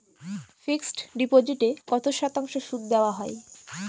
Fixed ডিপোজিটে কত শতাংশ সুদ দেওয়া হয়?